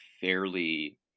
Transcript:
fairly